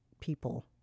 people